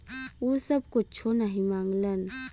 उ सब कुच्छो नाही माँगलन